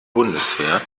bundeswehr